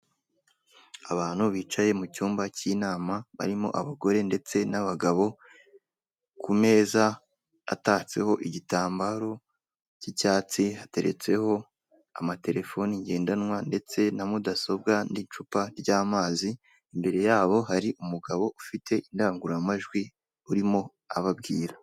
Abantu bicaye mu cyumba cy'inama barimo abagore ndetse n'abagabo ku meza atatseho igitambaro cy'icyatsi hateretseho amaterefone ngendanwa ndetse na mudasobwa n'icupa ry'amazi imbere yabo hari umugabo ufite indangururamajwi urimo ababwira.